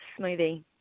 Smoothie